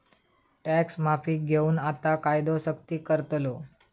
tax माफीक घेऊन आता कायदो सख्ती करतलो